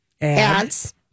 ads